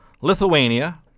Lithuania